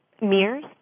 Mirrors